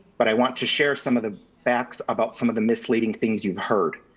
but i want to share some of the facts about some of the misleading things you've heard.